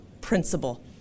principle